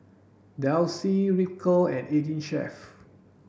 Delsey Ripcurl and Eighteen Chef